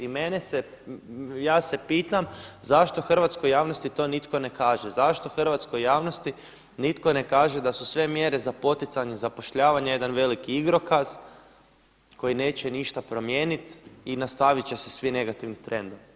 I mene se, ja se pitam zašto hrvatskoj javnosti to nitko ne kaže, zašto hrvatskoj javnosti nitko ne kaže da su sve mjere za poticanje zapošljavanja jedan veliki igrokaz koji neće ništa promijenit i nastavit će se svi negativni trendovi?